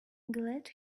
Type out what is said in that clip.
glad